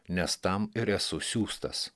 nes tam ir esu siųstas